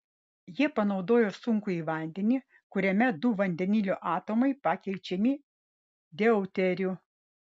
jie panaudojo sunkųjį vandenį kuriame du vandenilio atomai pakeičiami deuteriu